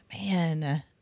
Man